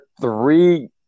three